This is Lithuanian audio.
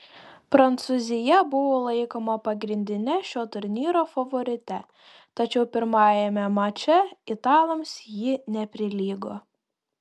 prancūzija buvo laikoma pagrindine šio turnyro favorite tačiau pirmajame mače italams ji neprilygo